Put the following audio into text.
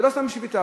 ולא סתם שביתה.